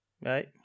Right